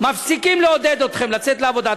מפסיקים לעודד אתכן לצאת לעבודה,